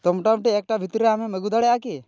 ᱛᱳ ᱢᱚᱴᱟᱢᱩᱴᱤ ᱮᱠᱴᱟ ᱵᱷᱤᱛᱤᱨ ᱨᱮ ᱟᱢᱮᱢ ᱟᱹᱜᱩ ᱫᱟᱲᱮᱭᱟᱜᱼᱟ ᱠᱤ